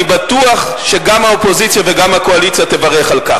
אני בטוח שגם האופוזיציה וגם הקואליציה יברכו על כך.